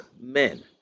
men